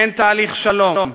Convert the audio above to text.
אין תהליך שלום,